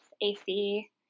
AC